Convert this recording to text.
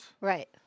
right